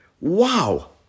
wow